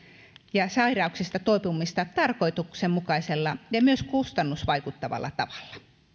ja sairauksista toipumista tarkoituksenmukaisella ja myös kustannusvaikuttavalla tavalla